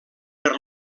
per